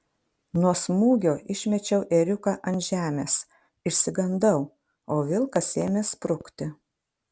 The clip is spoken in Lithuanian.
nuo smūgio išmečiau ėriuką ant žemės išsigandau o vilkas ėmė sprukti